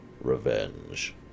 revenge